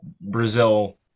Brazil